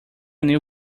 new